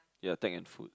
ya tech and food